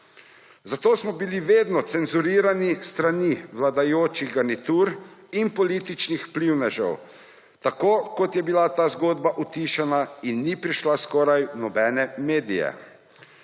Zato smo bili vedno cenzurirani s strani vladajočih garnitur in političnih vplivnežev, tako je bila ta zgodba utišana in ni prišla skoraj v nobene medije.